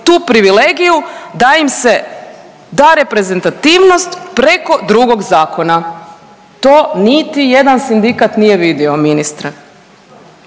tu privilegiju da im se da reprezentativnost preko drugog zakona. To niti jedan sindikat nije vidio ministre.